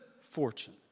fortune